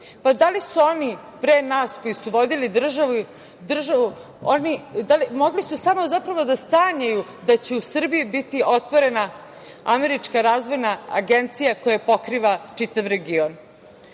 Pa da li su oni pre nas, koji su vodili državu, mogli su zapravo, da sanjaju da će u Srbiji biti otvorena Američka razvojna agencija koja pokriva čitav region.